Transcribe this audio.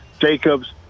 Jacobs